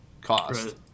cost